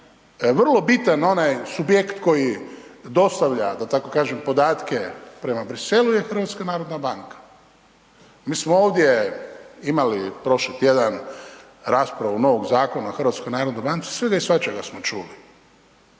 vrlo bitan onaj subjekt koji dostavlja, da tako kažem, podatke prema Bruxellesu je HNB. Mi smo ovdje imali prošli tjedan raspravu novog Zakona o HNB-u, svega i svačega smo čuli,